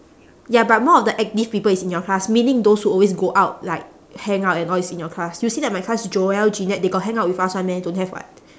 ya but more of the active people is in your class meaning those who always go out like hang out and all is in your class you see that my class joel jeanette they got hang out with us [one] meh don't have [what]